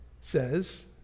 Says